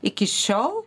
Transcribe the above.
iki šiol